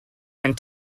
and